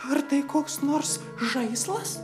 ar tai koks nors žaislas